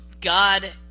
God